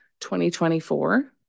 2024